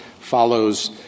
follows